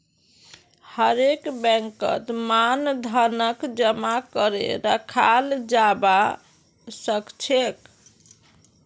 हरेक बैंकत मांग धनक जमा करे रखाल जाबा सखछेक